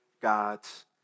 God's